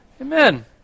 Amen